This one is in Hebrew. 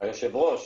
היושב ראש,